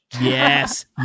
Yes